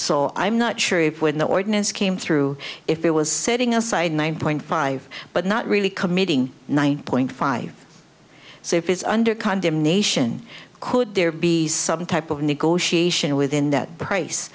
so i'm not sure if when the ordinance came through if it was setting aside nine point five but not really committing nine point five so if it's under condemnation could there be some type of negotiation within that race